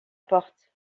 porte